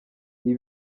ibi